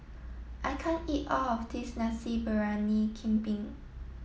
I can't eat all of this Nasi Briyani Kambing